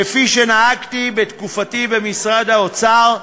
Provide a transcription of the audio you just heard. כפי שנהגתי בתקופתי במשרד האוצר,